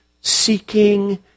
seeking